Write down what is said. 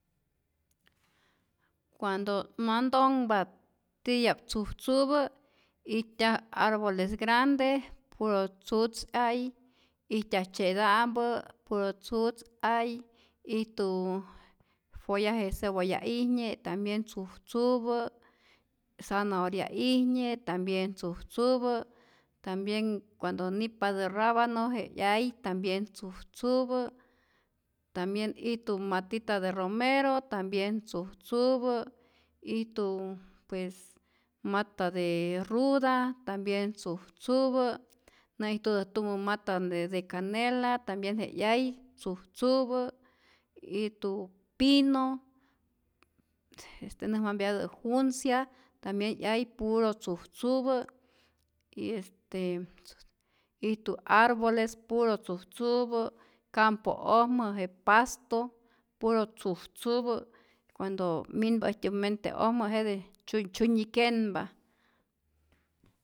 Cuando't mantonhpa tiya'p tzujtzupä ijtyaj arboles grande, puro tzutz ay, ijtyaj tzye'ta'mpä puro tzutz ay, ijtu follaje cebolla'ijnye tambien tzujtzupä, zanahoria'ijnye tambien tzujtzupä, tambien cuando nip'patä rabano je 'yay tambien tzujtzupä, tambien ijtu matita de romero tambien tzujtzupä, ijtu este mata de ruda tambien tzujtzupä, nä'ijtutät tumä mata de de canela tambien je 'yay tzujtzupä, ijtu pino este näjmampyatä juncia tambien 'yay puro tzujtzupä, y este ijtu arboles puro tzujtzupä, campo'ojmä je pasto puro tzujtzupä, cuando minpa äjtyä mente'ojmä jete tzyu tzyunyi kenpa.